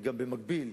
וגם במקביל